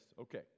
Okay